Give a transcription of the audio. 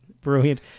Brilliant